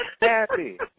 Happy